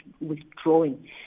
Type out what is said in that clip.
withdrawing